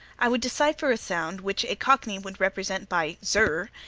i would decipher a sound which a cockney would represent by zerr,